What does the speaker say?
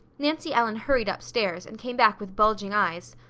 nancy ellen hurried upstairs and came back with bulging eyes.